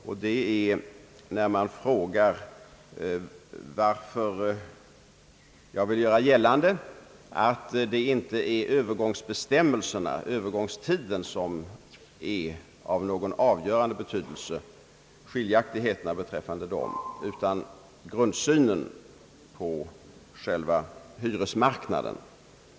Man frågar mig varför jag vill göra gällande att det inte är skiljaktigheterna i övergångstiden som är av någon avgörande betydelse, utan att det är grundsynen på själva hyresmarknaden.